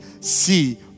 see